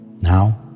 Now